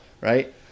right